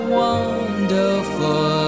wonderful